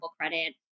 credit